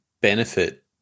benefit